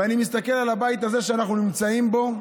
ואני מסתכל על הבית הזה שאנחנו נמצאים בו,